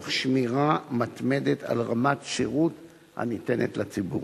תוך שמירה מתמדת על רמת השירות הניתן לציבור.